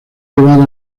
llevado